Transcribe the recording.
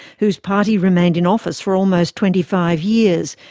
whose party remained in office for almost twenty five years,